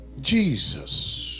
Jesus